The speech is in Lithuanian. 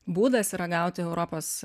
būdas yra gauti europos